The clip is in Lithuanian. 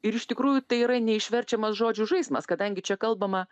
iš tikrųjų tai yra neišverčiamas žodžių žaismas kadangi čia kalbama